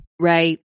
Right